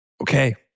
Okay